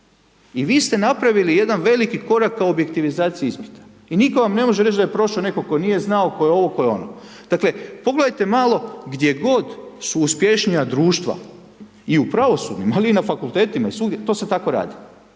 i vi ste napravili jedan veliki korak ka objektivizaciji ispita i nitko vam ne može reći da je prošao netko tko nije znao, tko je ovo, tko je ono. Dakle, pogledajte malo, gdje god su uspješnija društva, i u pravosudnim, ali i na fakultetima i svugdje, to se tako radi.